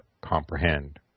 comprehend